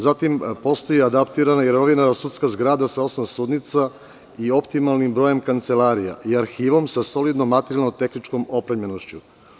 Zatim, postoji adaptirana i renovirana sudska zgrada sa osam sudnica i optimalnim brojem kancelarija i arhivom sa solidnom materijalno-tehničkom opremljenošću.